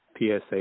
PSA